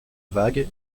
vague